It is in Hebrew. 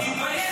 תתבייש לך.